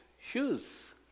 shoes